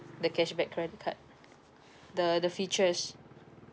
the cashback credit card the the features